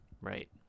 Right